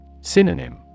Synonym